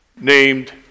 named